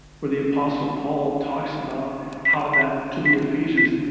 where the apostle paul talks about how that to the ephesians.